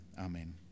Amen